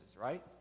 right